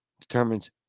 determines